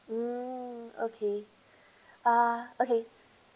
mm okay ah okay